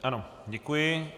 Ano, děkuji.